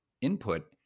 input